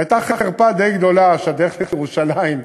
זו הייתה חרפה די גדולה שהדרך לירושלים,